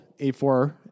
A4